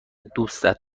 دوستت